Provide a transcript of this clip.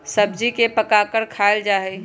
सब्जी के पकाकर खायल जा हई